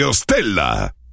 STELLA